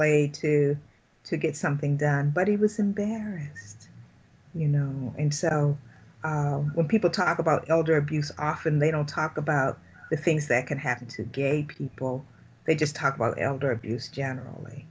laid to to get something done but he was embarrassed you know and so when people talk about elder abuse often they don't talk about the things that can happen to gay people they just talk about elder abuse generally